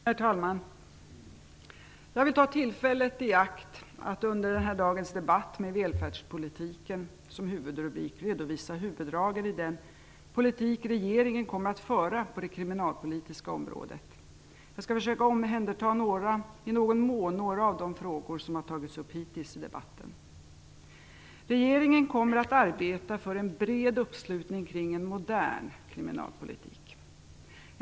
Herr talman! Jag vill ta tillfället i akt att under dagens debatt, med Välfärdspolitiken som huvudrubrik, redovisa huvuddragen i den politik som regeringen kommer att föra på det kriminalpolitiska området. Jag skall i någon mån försöka omhänderta några av de frågor som hittills tagits upp i debatten. Regeringen kommer att arbeta för en bred uppslutning kring en modern kriminalpolitik.